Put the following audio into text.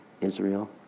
Israel